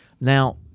Now